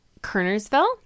Kernersville